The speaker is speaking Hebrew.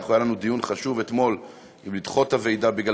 היה לנו דיון חשוב אתמול אם לדחות את הוועידה בגלל